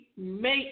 make